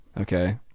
Okay